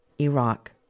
Iraq